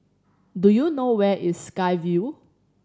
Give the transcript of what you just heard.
do you know where is Sky Vue